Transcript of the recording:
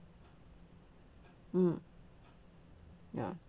mm ya